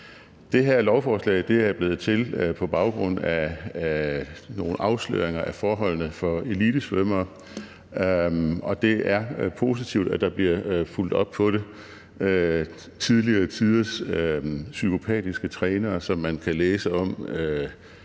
Det her lovforslag er blevet til på baggrund af nogle afsløringer af forholdene for elitesvømmere, og det er positivt, at der bliver fulgt op på det. Tidligere tiders psykopatiske trænere, som man kan læse om,